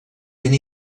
ben